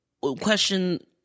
question